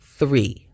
three